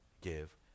give